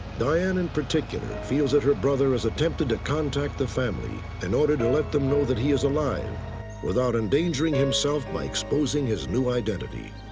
diane, in particular, feels that her brother has attempted to contact the family in order to let them know that he is alive without endangering himself by exposing his new identity.